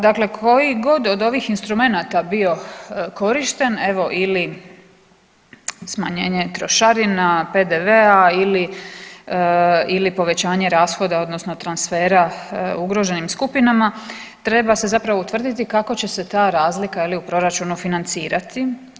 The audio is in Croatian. Dakle, kojigod od ovih instrumenata bio korišten ili smanjene trošarina, PDV-a ili povećanje rashoda odnosno transfera ugroženim skupinama treba se zapravo utvrditi kako će se ta razlika u proračunu financirati?